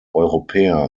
europäer